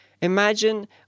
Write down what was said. imagine